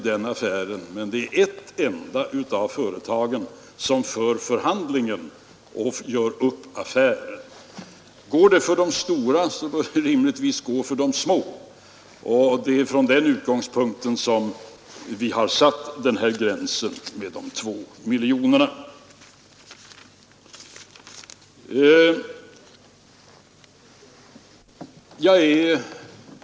Det är dock ett enda av företagen som för förhandlingen och gör upp affären. Går det för det stora bör det rimligtvis också vara möjligt för de små. Det är från den utgångspunkten som vi har satt gränsen vid 2 miljoner kronor.